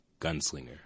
gunslinger